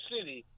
City